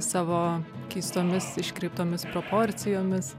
savo keistomis iškreiptomis proporcijomis